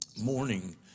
morning